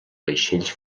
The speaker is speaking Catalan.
vaixells